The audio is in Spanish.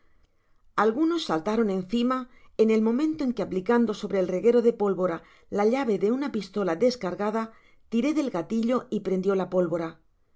algunos saltaron encima en el momento en que aplicando sobre el reguero de pólvora la llave de una pistola descargada tiré del gatillo y prendió la pólvora